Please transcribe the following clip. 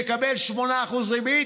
ולקבל 8% ריבית?